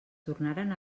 tornaren